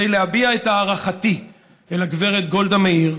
כדי להביע את הערכתי אל הגברת גולדה מאיר